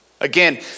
Again